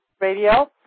Radio